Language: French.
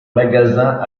magasins